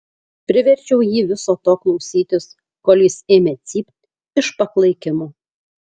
priverčiau jį viso to klausytis kol jis ėmė cypt iš paklaikimo